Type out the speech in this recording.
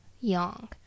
Yang